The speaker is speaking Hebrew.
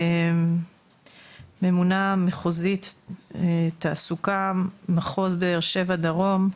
ממונה מחוזית תעסוקה מחוז באר שבע דרום,